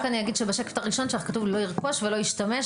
רק אני אגיד שבשקף הראשון שלך כתוב לא ירכוש ולא ישתמש,